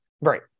right